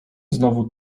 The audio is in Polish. znów